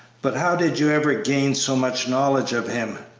but how did you ever gain so much knowledge of him?